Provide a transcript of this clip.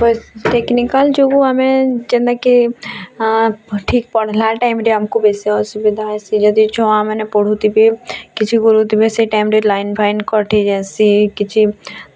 ବାସ୍ technical ଯୋଗୁ ଆମେ ଯେନ୍ତା କି ଠିକ୍ ପଢ଼୍ଲା ଟାଇମ୍ରେ ଆମକୁ ବେଶି ଅସୁବିଧା ହେସିଁ ଯଦି ଛୁଆମାନେ ପଢ଼ୁଥିବେ କିଛି କରୁଥିବେ ସେଇ ଟାଇମ୍ରେ ଲାଇନ୍ ଫାଇନ୍ କାଟି ଯାସିଁ କିଛି